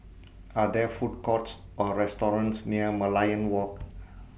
Are There Food Courts Or restaurants near Merlion Walk